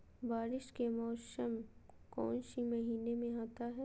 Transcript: बारिस के मौसम कौन सी महीने में आता है?